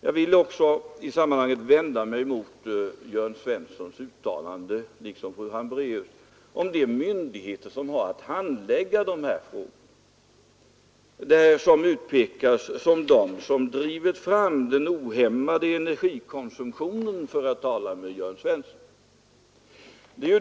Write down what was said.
Jag vill också i sammanhanget, liksom fru Hambraeus, vända mig mot herr Jörn Svenssons uttalande om de myndigheter som har att handlägga dessa frågor. De utpekas av honom som de som drivit fram den ohämmade energikonsumtionen.